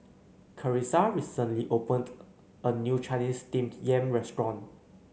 Carissa recently opened a new Chinese Steamed Yam restaurant